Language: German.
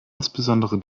insbesondere